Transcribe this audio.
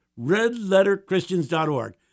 redletterchristians.org